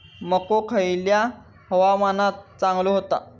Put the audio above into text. मको खयल्या हवामानात चांगलो होता?